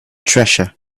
treasure